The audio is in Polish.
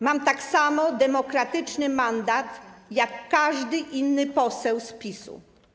Mam tak samo demokratyczny mandat jak każdy inny poseł z PiS-u.